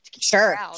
sure